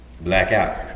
Blackout